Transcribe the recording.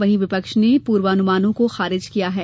वहीं विपक्ष ने पूर्वानुमानों को खारिज किया है